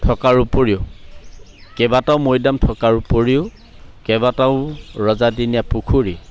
থকাৰ উপৰিও কেইবাটাও মৈদাম থকাৰ উপৰিও কেইবাটাও ৰজাদিনীয়া পুখুৰী